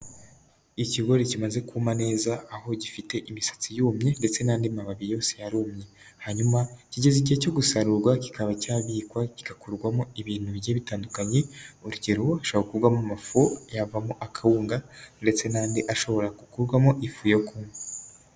Ikigori kimaze kuma neza aho gifite imisatsi yumye ndetse n'andi mababi yose yarumye, hanyuma kigeze igihe cyo gusarurwa kikaba cyabikwa kigakurwamo ibintu bigiye bitandukanye, urugero gishobora gukurwamo amafu yavamo akawunga ndetse n'andi ashobora gukurwamo ifu yo kunywa.